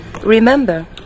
Remember